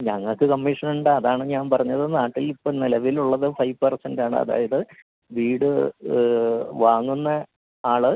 ഞങ്ങൾക്ക് കമ്മീഷനുണ്ട് അതാണ് ഞാൻ പറഞ്ഞത് നാട്ടിൽ ഇപ്പോൾ നിലവിലുള്ളത് ഫൈവ് പേർസെൻറ്റാണ് അതായത് വീട് വാങ്ങുന്ന ആൾ